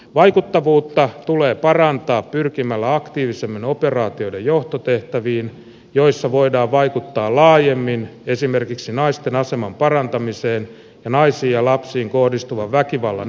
vaikuttavuutta tulee parantaa pyrkimällä aktiivisemmin operaatioiden johtotehtäviin joissa voidaan vaikuttaa laajemmin esimerkiksi naisten aseman parantamiseen ja naisiin ja lapsiin kohdistuvan väkivallan ennaltaehkäisemiseen